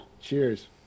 cheers